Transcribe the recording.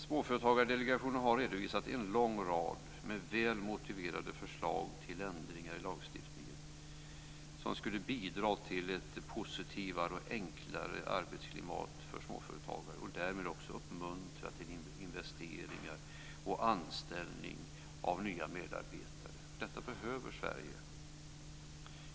Småföretagsdelegationen har redovisat en lång rad med väl motiverade förslag till ändringar i lagstiftningen som skulle bidra till ett positivare och enklare arbetsklimat för småföretagare och därmed också uppmuntra till investeringar och anställning av nya medarbetare. Detta behöver Sverige.